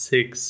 Six